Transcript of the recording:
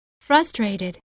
frustrated